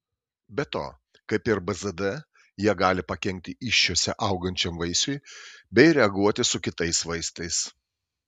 be to kaip ir bzd jie gali pakenkti įsčiose augančiam vaisiui bei reaguoti su kitais vaistais